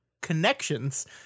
connections